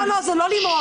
לא, זה לא למרוח.